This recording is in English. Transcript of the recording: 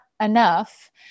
enough